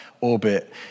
orbit